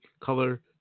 color